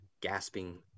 gasping